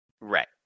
right